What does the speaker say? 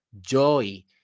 joy